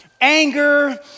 anger